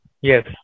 Yes